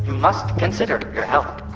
must consider your health